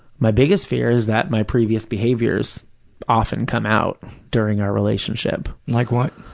my biggest fear is that my previous behaviors often come out during our relationship. like what?